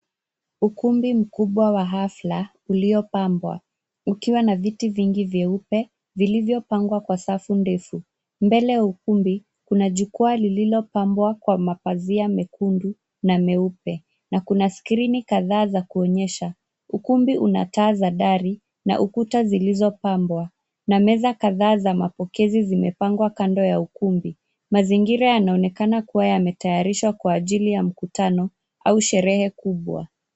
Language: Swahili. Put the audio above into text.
Ukumbi mkubwa wa ghafla, uliopambwa, ukiwa na viti vingi vyeupe, vilivyopangwa kwa safu ndefu. Mbele ya ukumbi, kuna jukwaa lililopambwa kwa mapazia mekundu, na meupe. Na kuna skrini kadhaa za kuonyesha. Ukumbi una taa za dari, na ukuta zilizopambwa, na meza kadhaa za mapokezi zimepangwa kando ya ukumbi. Mazingira yanaonekana kuwa yametayarishwa kwa ajili ya mkutano, au sherehe kubwa.